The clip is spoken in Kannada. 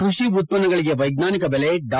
ಕೃಷಿ ಉತ್ಪನ್ನಗಳಿಗೆ ವೈಜ್ವಾನಿಕ ಬೆಲೆ ಡಾ